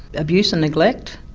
abuse and neglect.